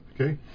Okay